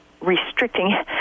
restricting